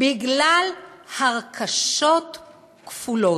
בגלל הרכשות כפולות,